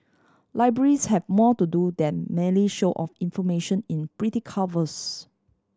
libraries have more to do than merely show off information in pretty covers